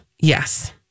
Yes